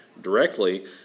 directly –